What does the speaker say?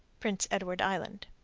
prince edward island.